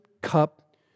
cup